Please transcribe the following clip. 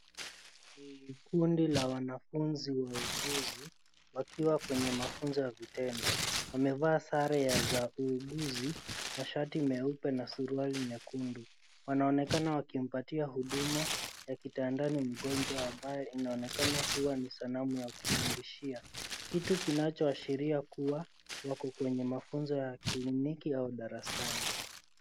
Ni kundi la wanafunzi waaguzi wakiwa kwenye mafunzo ya vitendo, wamevaa sare za waaguzi, mashati meupe na suruali nyekundu. Wanaonekana wakimpatia huduma ya kitandani mgonjwa ambaye anaonekana kuwa ni sanamu ya kufundishia, kitu kinacho ashria kuwa wako kwenye mafunzo ya kliniki au darasani.